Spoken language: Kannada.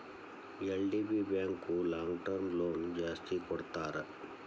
ಎಲ್.ಡಿ.ಬಿ ಬ್ಯಾಂಕು ಲಾಂಗ್ಟರ್ಮ್ ಲೋನ್ ಜಾಸ್ತಿ ಕೊಡ್ತಾರ